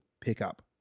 pickup